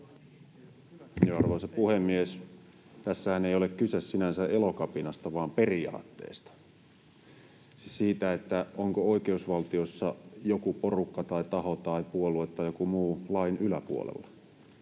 Arvoisa puhemies! Tässähän ei ole kyse sinänsä Elokapinasta vaan periaatteesta, siitä, onko oikeusvaltiossa joku porukka tai taho tai puolue tai joku muu lain yläpuolella.